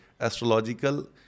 Astrological